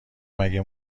مگه